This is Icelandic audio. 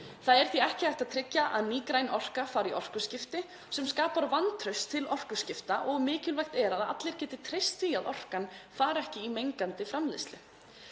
Það er því ekki hægt að tryggja að ný græn orka fari í orkuskipti, sem skapar vantraust til orkuskipta. Mikilvægt er að allir geti treyst því að orkan fari ekki í mengandi framleiðslu.